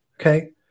Okay